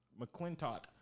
McClintock